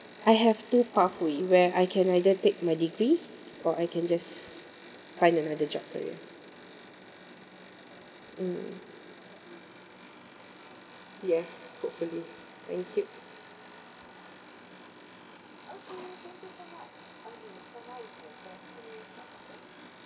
I have two pathway where I can either take my degree or I can just find another job career mm yes hopefully thank you